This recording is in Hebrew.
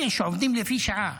אלה שעובדים לפי שעה,